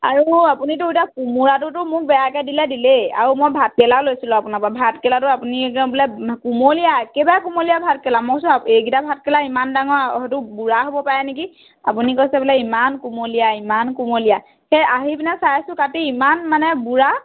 আৰু আপুনিটো এতিয়া মোক কোমোৰাটোতো বেয়া দিলে দিলেই আৰু মই ভাতকেৰেলাও লৈছিলোঁ আপোনাৰ পৰা ভাতকেৰেলাটো আপুনি একদম বোলে কুমলীয়া একেবাৰে কুমলীয়া ভাতকেৰেলা মই কৈছোঁ এইকেইটা ভাতকেৰেলা ইমান ডাঙৰ হয়তো বুঢ়া হ'ব পাৰে নেকি আপুনি কৈছে বোলে ইমান কুমলীয়া ইমান কোমলীয়া তে আহি পেলাই চাইছোঁ কাটি ইমান মানে বুঢ়া